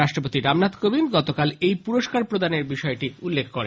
রাষ্ট্রপতি রামনাথ কোবিন্দ গতকাল এই পুরস্কার প্রদানের বিষয়টি অনুমোদন করেন